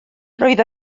roedd